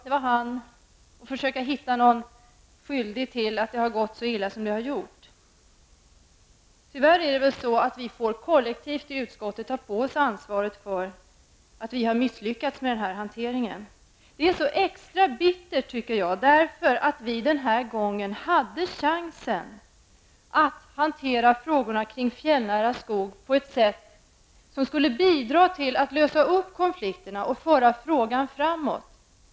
De försöker hitta någon som är skyldig till att det har gått så illa som det har gjort. Tyvärr får vi väl kollektivt i utskottet ta på oss ansvaret för att vi har misslyckats med den här hanteringen. Det är extra bittert, eftersom vi denna gång hade chansen att hantera frågorna kring fjällnära skog på ett sätt som skulle bidra till att lösa upp konflikterna och föra frågan framåt.